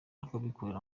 rw’abikorera